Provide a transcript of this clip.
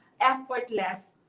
effortless